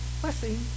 blessing